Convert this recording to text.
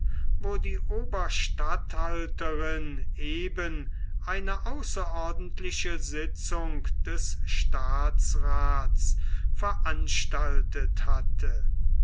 wo die oberstatthalterin eben eine außerordentliche sitzung des staatsraths veranstaltet hatte